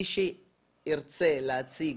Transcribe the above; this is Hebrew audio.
מי שירצה להציג,